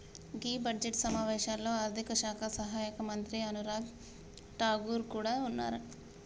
గీ budget సమావేశాల్లో ఆర్థిక శాఖ సహాయక మంత్రి అనురాగ్ ఠాగూర్ కూడా ఉన్నారట